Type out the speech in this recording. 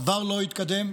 דבר לא התקדם.